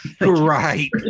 Right